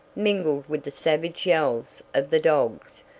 mingled with the savage yells of the dogs,